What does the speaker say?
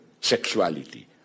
sexuality